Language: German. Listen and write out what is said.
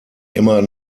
immer